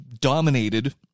dominated